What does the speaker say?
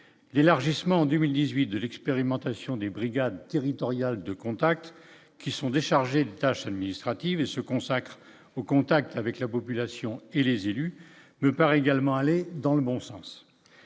l'élargissement en 2018 de l'expérimentation des brigades territoriales de contact qui sont déchargés de tâches s'administrative et se consacrent au contact avec la population et les élus me paraît également aller dans le bon sens